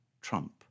Trump